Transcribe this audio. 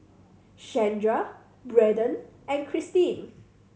Shandra Braden and Christin